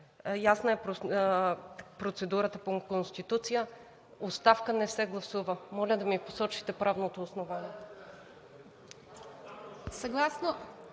Ясна е процедурата по Конституция – оставка не се гласува. Моля да ми посочите правното основание.